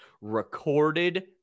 recorded